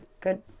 Good